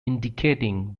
indicating